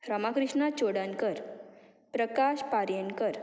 Rama Krishna Chodkar Prakash Paryenkar